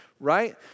right